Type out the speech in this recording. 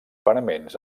paraments